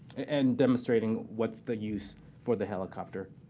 and demonstrating what's the use for the helicopter.